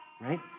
right